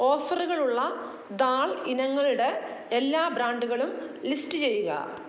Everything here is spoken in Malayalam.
ഓഫറുകളുള്ള ദാൽ ഇനങ്ങളുടെ എല്ലാ ബ്രാൻഡുകളും ലിസ്റ്റ് ചെയ്യുക